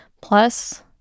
Plus